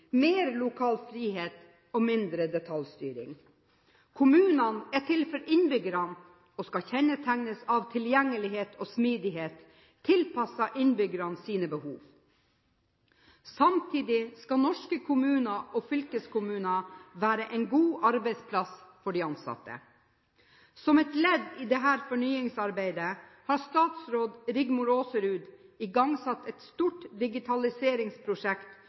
mer lokal frihet og mindre detaljstyring. Kommunene er til for innbyggerne og skal kjennetegnes av tilgjengelighet og smidighet, tilpasset innbyggernes behov. Samtidig skal norske kommuner og fylkeskommuner være en god arbeidsplass for de ansatte. Som et ledd i dette fornyingsarbeidet har statsråd Rigmor Aasrud igangsatt et stort digitaliseringsprosjekt